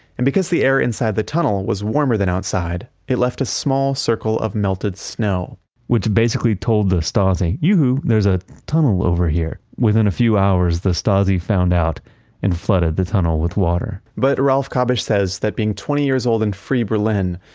and because the air inside the tunnel was warmer than outside, it left a small circle of melted snow which basically told the stasi yoo-hoo, there's a tunnel over here. within a few hours the stasi found out and flooded the tunnel with water but ralph kabisch says that being twenty years old in free berlin,